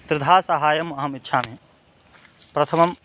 त्रिधा सहायम् अहम् इच्छामि प्रथमम्